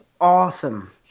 awesome